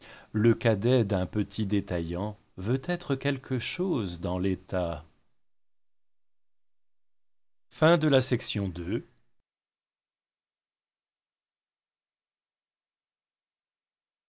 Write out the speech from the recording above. le cadet d'un petit détaillant veut être quelque chose dans l'état